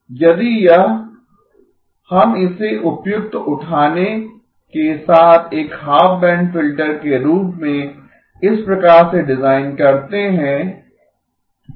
यदि यह हम इसे उपयुक्त उठाने के साथ एक हाफ बैंड फिल्टर के रूप में इस प्रकार से डिजाइन करते हैं